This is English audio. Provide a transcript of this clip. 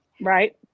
right